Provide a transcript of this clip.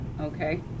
okay